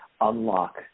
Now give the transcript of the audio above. unlock